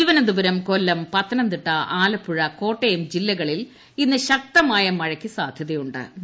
തിരുവനന്തപുരം കൊല്ലം പത്തനംതിട്ട ആലപ്പുഴ കോട്ടയം ജില്ലകളിൽ ഇന്ന് ശക്തമായ മഴയ്ക്ക് സാധ്യതയു ്